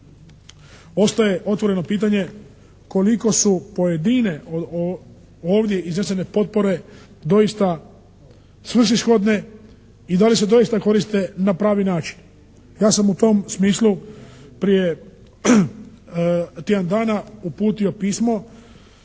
ostaje otvoreno pitanje koliko su pojedine ovdje izvrstane potpore doista svrsishodne i da li se doista koriste na pravi način. Ja sam u tom smislu prije tjedan dana uputio pismo,